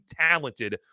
talented